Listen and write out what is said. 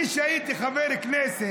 אני, שהייתי חבר כנסת,